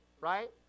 right